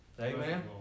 Amen